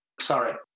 Sorry